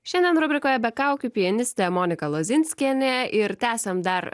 šiandien rubrikoje be kaukių pianistė monika lozinskienė ir tęsiam dar